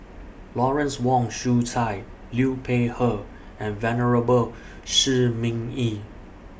Lawrence Wong Shyun Tsai Liu Peihe and Venerable Shi Ming Yi